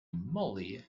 moly